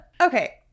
Okay